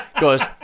goes